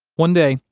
one day,